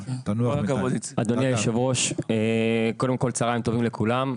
קודם כל צוהריים טובים לכולם.